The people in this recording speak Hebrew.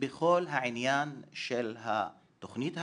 בכל העניין של תוכנית הלימודים,